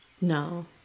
No